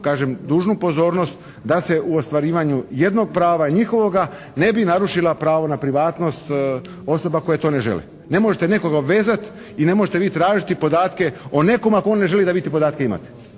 kažem dužnu pozornost da se u ostvarivanju jednog prava, njihovoga ne bi narušila pravo na privatnost osoba koje to ne žele. Ne možete nekoga obvezati i ne možete vi tražiti podatke o nekome ako on ne želi da vi te podatke imate.